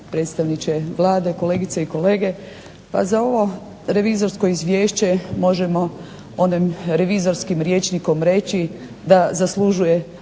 predstavniče Vlade, kolegice i kolege. Pa za ovo revizorsko izvješće možemo onim revizorskim rječnikom reći da zaslužuje